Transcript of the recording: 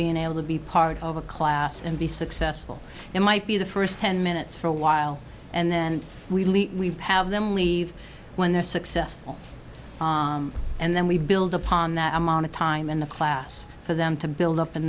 being able to be part of a class and be successful in might be the first ten minutes for a while and then we have them leave when they're successful and then we build upon that amount of time in the class for them to build up in